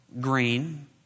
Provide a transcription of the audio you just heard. green